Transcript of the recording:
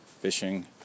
fishing